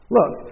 Look